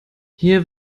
hier